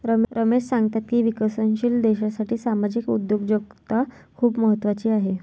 रमेश सांगतात की विकसनशील देशासाठी सामाजिक उद्योजकता खूप महत्त्वाची आहे